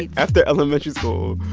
after elementary school,